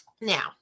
Now